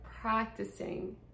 practicing